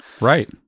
Right